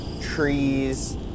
trees